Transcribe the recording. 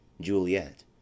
JULIET